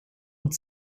und